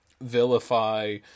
vilify